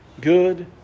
good